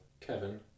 Kevin